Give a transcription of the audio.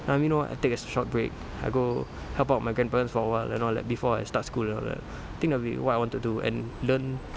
um you know I take a short break I go help out my grandparents for a while and all that before I start school and all that I think that will be what I want to do and learn